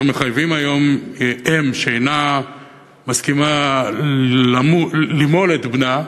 מחייבים היום אם שאינה מסכימה למול את בנה,